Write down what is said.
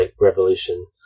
revolution